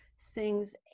sings